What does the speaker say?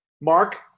Mark